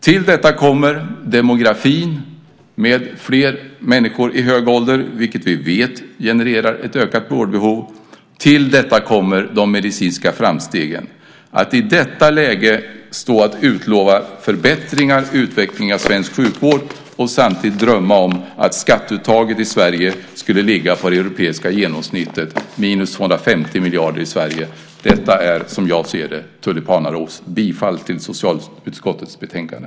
Till detta kommer demografin med flera människor i hög ålder, vilket vi vet genererar ett ökat vårdbehov. Till detta kommer också de medicinska framstegen. Att i detta läge stå och utlova förbättringar och utveckling av svensk sjukvård och samtidigt drömma om att skatteuttaget ska ligga på det europeiska genomsnittet - minus 250 miljarder i Sverige - är som jag ser det tulipanaros. Jag yrkar bifall till förslaget i socialutskottets betänkande.